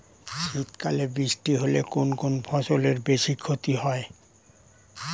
শীত কালে বৃষ্টি হলে কোন কোন ফসলের বেশি ক্ষতি হয়?